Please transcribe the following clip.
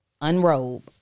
unrobe